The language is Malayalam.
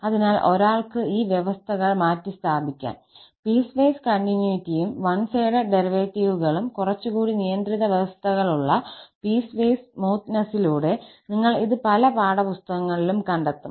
അതിനാൽ ഒരാൾക്ക് ഈ വ്യവസ്ഥകൾ മാറ്റിസ്ഥാപിക്കാം പീസ്വൈസ് കണ്ടിന്യൂറ്റിയും വൺ സൈഡഡ് ഡെറിവേറ്റീവുകളും കുറച്ചുകൂടി നിയന്ത്രിത വ്യവസ്ഥകളുള്ള പീസ്വൈസ് സ്മൂത്തനേസിലൂടെ നിങ്ങൾ ഇത് പല പാഠപുസ്തകങ്ങളിലും കണ്ടെത്തും